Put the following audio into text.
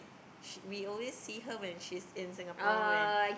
she we always see her when she was in Singapore when